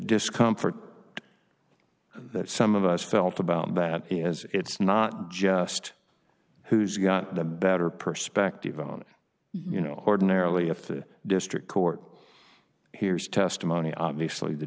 discomfort that some of us felt about that is it's not just who's got the better perspective on you know ordinarily if the district court hears testimony obviously the